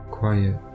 Quiet